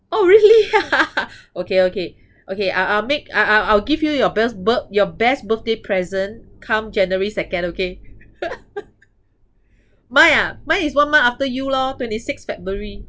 oh really ah okay okay okay I I'll make I I'll I'll give you your best birth~ your best birthday present come january second okay mine ah mine is one month after you lor twenty six february